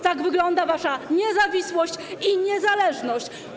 Tak wygląda wasza niezawisłość i niezależność.